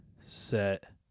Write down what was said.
set